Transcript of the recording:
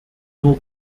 nur